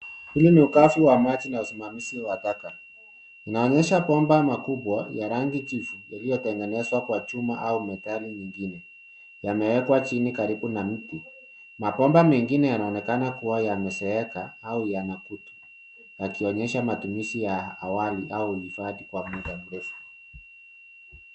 Hili ni ukavu wa maji na usimamizi wa taka. Inaonyesha bomba makubwa ya rangi jivu, yaliyotengenezwa kwa chuma au metali nyingine, yameekwa chini karibu na mti. Mabomba mengine yanaonekana kua yamezeeka au yana kutu, yakionyesha matumizi ya awali au uhifadhi kwa metablesi.